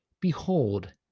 Behold